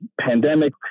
pandemic